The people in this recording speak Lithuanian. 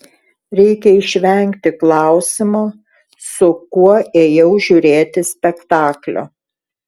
reikia išvengti klausimo su kuo ėjau žiūrėti spektaklio